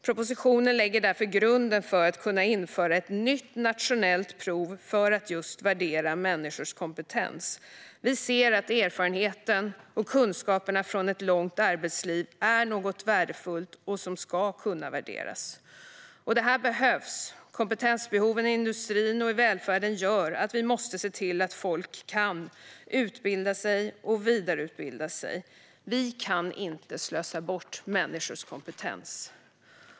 Propositionen lägger därför grunden för att kunna införa ett nytt nationellt prov för att värdera människors kompetens. Vi ser att erfarenheten och kunskaperna från ett långt arbetsliv är något värdefullt som ska kunna värderas. Det här behövs. Kompetensbehoven i industrin och välfärden gör att vi måste se till att människor kan utbilda sig och vidareutbilda sig. Vi kan inte slösa bort människors kompetens.